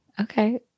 Okay